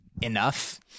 enough